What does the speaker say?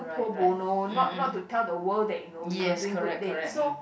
pro bono not not to tell the world you know you are doing good deed so